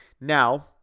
Now